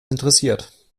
interessiert